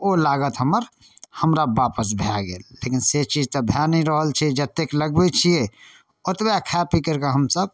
ओ लागत हमरा हमरा वापस भऽ गेल लेकिन से चीज तऽ भऽ नहि रहल छै जतेक लगबै छिए ओतबे खा पी करिके हमसभ